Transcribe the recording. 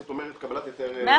זאת אומרת קבלת היתר --- אוקיי,